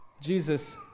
Jesus